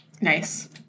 Nice